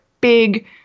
big